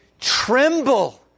tremble